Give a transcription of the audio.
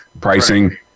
Pricing